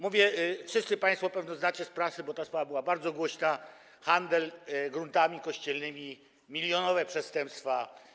Mówię: wszyscy państwo pewnie znacie z prasy, bo ta sprawa była bardzo głośna: handel gruntami kościelnymi, milionowe przestępstwa.